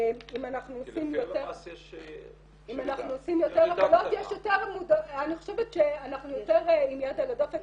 כי לפי הלמ"ס יש -- אני חושבת שאנחנו יותר עם יד על הדופק,